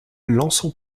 lançon